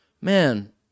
man